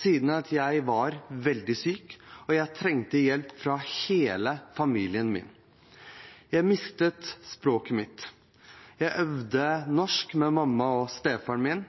siden jeg har vært veldig syk, og jeg trengte hjelp fra hele familien min. Jeg mistet språket mitt. Jeg øvde på norsk med mamma og stefaren min.